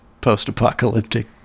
post-apocalyptic